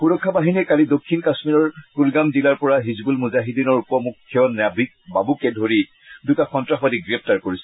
সূৰক্ষা বাহিনীয়ে কালি দক্ষিণ কাশ্মীৰৰ কুলগাম জিলাৰ পৰা হিজবুল মুজহিদিনৰ উপমুখ্য নাভিড বাবুকে ধৰি দুটা সন্তাসবাদীক গ্ৰেপ্তাৰ কৰিছিল